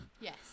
Yes